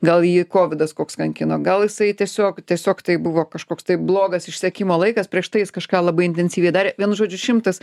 gal jį kovidas koks kankino gal jisai tiesiog tiesiog tai buvo kažkoks tai blogas išsekimo laikas prieš tai jis kažką labai intensyviai darė vienu žodžiu šimtas